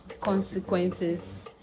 consequences